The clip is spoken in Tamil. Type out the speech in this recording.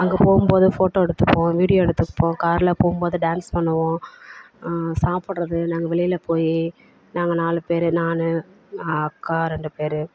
அங்கே போகும்போது ஃபோட்டோ எடுத்துப்போம் வீடியோ எடுத்துப்போம் காரில் போகும்போது டான்ஸ் பண்ணுவோம் சாப்பிட்றது நாங்கள் வெளியில் போய் நாங்கள் நாலு பேர் நான் அக்கா ரெண்டு பேர்